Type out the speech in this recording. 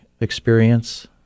experience